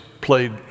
played